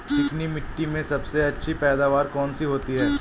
चिकनी मिट्टी में सबसे अच्छी पैदावार कौन सी होती हैं?